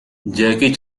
jackie